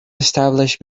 established